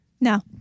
No